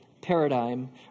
paradigm